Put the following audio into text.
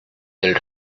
del